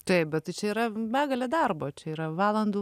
taip bet tai čia yra begalė darbo čia yra valandų